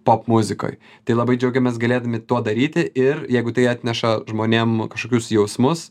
popmuzikoj tai labai džiaugiamės galėdami tuo daryti ir jeigu tai atneša žmonėm kažkokius jausmus